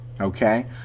okay